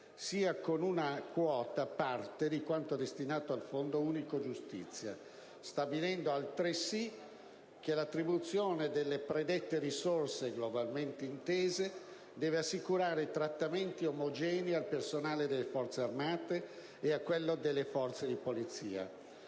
sia con una quota parte di quanto destinato al fondo unico giustizia, stabilendo, altresì, che l'attribuzione delle predette risorse, globalmente intese, deve assicurare trattamenti omogenei al personale delle Forze armate e a quello delle Forze di polizia.